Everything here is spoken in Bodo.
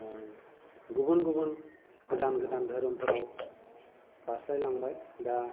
गुबुन गुबुन गोदान गोदान धोरोमफोराव बारस्लायलांबाय दा